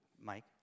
Mike